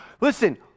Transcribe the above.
Listen